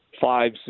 five